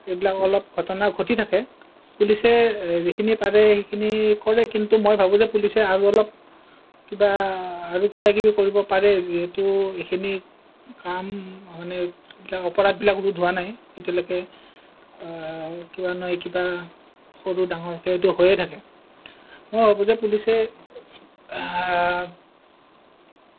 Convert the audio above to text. এইবিলাক অলপ ঘটনা ঘটি থাকে পুলিচে যিখিনি পাৰে সেইখিনি কৰে কিন্তু মই ভাৱো যে পুলিচে আৰু অলপ কিবা আৰু কিবা কিবি কৰিব পাৰে যিহেতু এইখিনি কাম মানে এইবিলাক অপৰাধবিলাক ৰোধ হোৱা নাই এতিয়ালৈকে কিবা নহয় কিবা সৰু ডাঙৰকেতো হৈয়ে থাকে মই ভাৱো যে পুলিচে